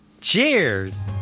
Cheers